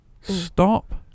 stop